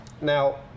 Now